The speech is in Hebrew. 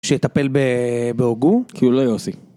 שיטפל בהוגו, כי הוא לא יוסי.